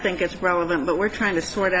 think it's relevant but we're trying to sort o